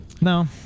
No